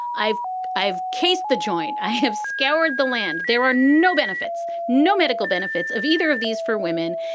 i've i've case the joint. i have scoured the land. there are no benefits, no medical benefits of either of these for women.